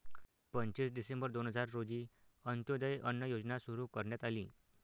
पंचवीस डिसेंबर दोन हजार रोजी अंत्योदय अन्न योजना सुरू करण्यात आली